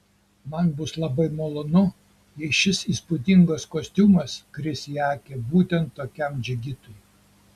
man bus labai malonu jei šis įspūdingas kostiumas kris į akį būtent tokiam džigitui